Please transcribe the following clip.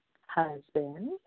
husband